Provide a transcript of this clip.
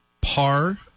Par